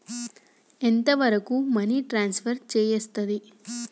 ఎంత వరకు money transfer చేయస్తది?